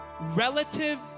Relative